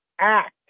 act